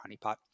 honeypot